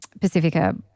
Pacifica